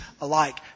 alike